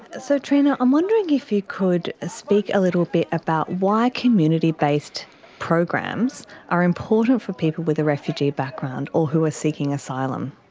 so trina, i'm wondering if you could speak a little bit about why community-based programs are important to people with a refugee background or who are seeking asylum?